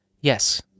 Yes